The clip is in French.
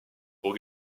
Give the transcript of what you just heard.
pour